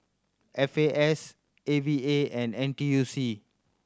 F A S A V A and N T U C